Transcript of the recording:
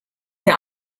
der